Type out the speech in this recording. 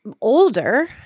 older